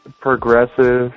progressive